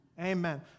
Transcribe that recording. Amen